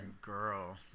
Girl